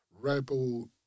rebel